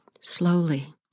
slowly